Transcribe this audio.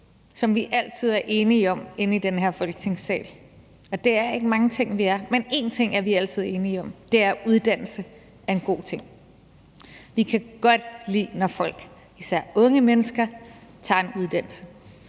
som vi altid er enige om i den her Folketingssal – og det er der ikke mange ting vi er, men én ting er vi altid enige om – så er det, at uddannelse er en god ting. Vi kan godt lide, når folk, især unge mennesker, tager en uddannelse.